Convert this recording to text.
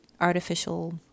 artificial